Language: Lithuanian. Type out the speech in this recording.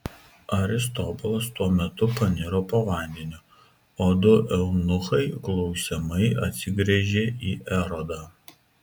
aristobulas tuo metu paniro po vandeniu o du eunuchai klausiamai atsigręžė į erodą